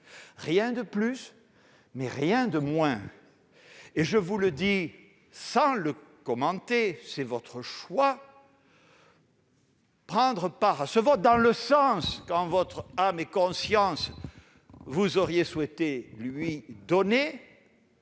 Rien de plus, mais rien de moins. Je vous le dis sans le commenter, car c'est votre choix : prendre part à ce vote, dans le sens qu'en votre âme et conscience vous auriez souhaité lui donner,